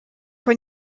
when